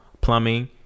plumbing